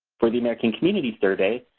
for the american community survey,